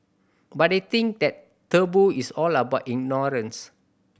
but I think that taboo is all about ignorance